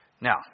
Now